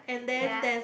ya